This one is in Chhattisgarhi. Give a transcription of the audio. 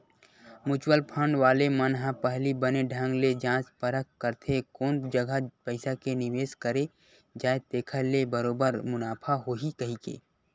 म्युचुअल फंड वाले मन ह पहिली बने ढंग ले जाँच परख करथे कोन जघा पइसा के निवेस करे जाय जेखर ले बरोबर मुनाफा होही कहिके